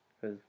cause